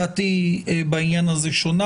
דעתי בעניין הזה שונה.